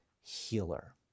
healer